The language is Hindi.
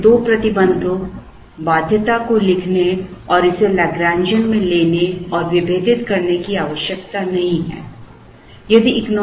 इसलिए हमें दो प्रतिबंधों बाध्यता को लिखने और इसे लाग्रांजियन में लेने और विभेदित करने की आवश्यकता नहीं है